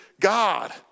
God